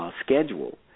schedule